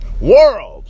world